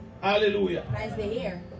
Hallelujah